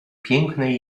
pięknej